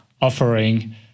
offering